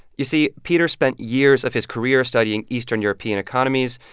you see, peter spent years of his career studying eastern european economies.